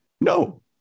No